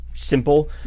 simple